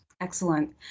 Excellent